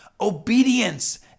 obedience